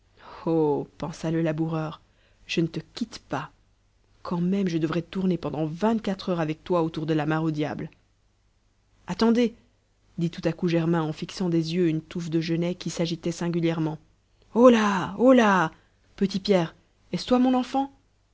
pensa le laboureur je ne te quitte pas quand même je devrais tourner pendant vingt-quatre heures avec toi autour de la mare au diable attendez dit tout à coup germain en fixant des yeux une touffe de genêts qui s'agitait singulièrement holà holà petit pierre est-ce toi mon enfant